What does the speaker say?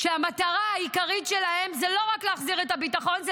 כשהמטרה העיקרית שלהם זה לא רק להחזיר את הביטחון,